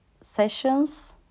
sessions